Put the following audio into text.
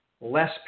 less